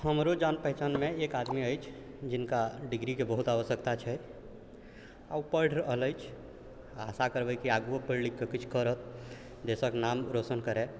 हमरो जान पहचानमे एक आदमी अछि जिनका डिग्रीके बहुत आवश्यकता छै आओर ओ पढ़ि रहल अछि आशा करबै कि ओ आगुओ पढ़ि लिखिकऽ किछु करत जाहिसँ नाम रोशन करै